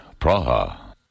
Praha